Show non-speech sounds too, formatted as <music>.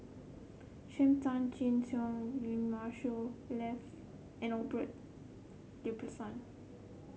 Sam Tan Chin Siong <unintelligible> Marshall <unintelligible> Ibbetson